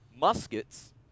muskets